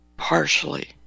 partially